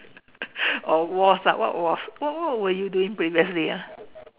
oh was ah what was what what were you doing previously ah